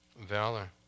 valor